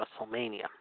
WrestleMania